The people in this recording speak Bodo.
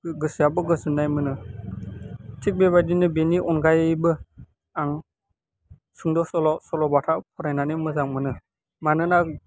गोसोआबो गोजोन्नाय मोनो थिक बेबायदिनो बेनि अनगायैबो आं सुद' सल'बाथा फरायनानै मोजां मोनो मानोना